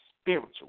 spiritual